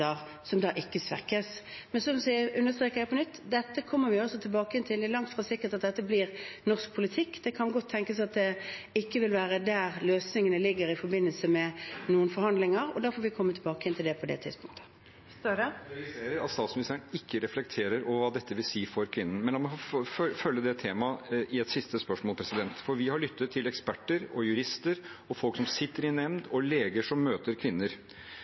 da ikke svekkes. Men så understreker jeg på nytt: Dette kommer vi tilbake til. Det er langt fra sikkert at dette blir norsk politikk. Det kan godt tenkes at det ikke vil være der løsningene ligger i forbindelse med noen forhandlinger, og da får vi komme tilbake til det på det tidspunktet. Jonas Gahr Støre – til oppfølgingsspørsmål. Jeg registrerer at statsministeren ikke reflekterer over hva dette vil ha å si for kvinnen. Men la meg følge det temaet i et siste spørsmål. Vi har lyttet til eksperter og jurister, folk som sitter i nemnd, og leger som møter kvinner.